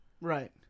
Right